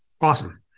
awesome